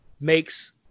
makes